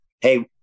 hey